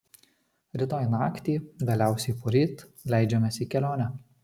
rytoj naktį vėliausiai poryt leidžiamės į kelionę